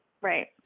right